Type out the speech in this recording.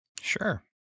sure